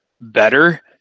better